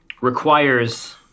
requires